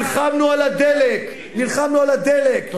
כל אחד הוא, נלחמנו על הדלק, נלחמנו על הדלק.